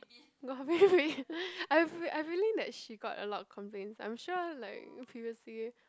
got baby I have I have a feeling that she got a lot of complaints I'm sure like previously